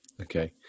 Okay